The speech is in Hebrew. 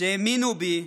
שהאמינו בי,